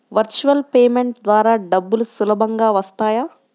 Virtual payment ద్వారా డబ్బులు సులభంగా వస్తాయా?